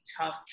tough